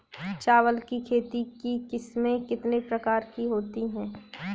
चावल की खेती की किस्में कितने प्रकार की होती हैं?